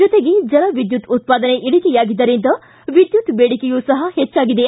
ಜೊತೆಗೆ ಜಲ ವಿದ್ಯುತ್ ಉತ್ಪಾದನೆ ಇಳಿಕೆಯಾಗಿದ್ದರಿಂದ ವಿದ್ಯುತ್ ಬೇಡಿಕೆಯೂ ಸಹ ಹೆಚ್ಚಾಗಿದೆ